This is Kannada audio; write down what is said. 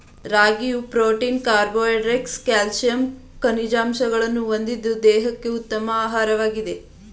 ರಾಗಿಯು ಪ್ರೋಟೀನ್ ಕಾರ್ಬೋಹೈಡ್ರೇಟ್ಸ್ ಕ್ಯಾಲ್ಸಿಯಂ ಖನಿಜಾಂಶಗಳನ್ನು ಹೊಂದಿದ್ದು ದೇಹಕ್ಕೆ ಉತ್ತಮ ಆಹಾರವಾಗಿದೆ